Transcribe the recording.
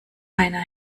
einer